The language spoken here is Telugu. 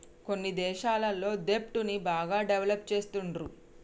కొన్ని దేశాలల్ల దెబ్ట్ ని బాగా డెవలప్ చేస్తుండ్రు